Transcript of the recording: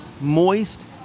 moist